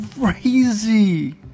crazy